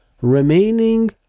remaining